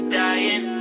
dying